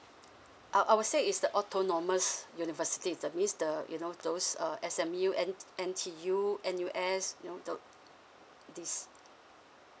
I I would say is the autonomous university that means the you know those uh S_M_U N N_T_U N_U_S you know those these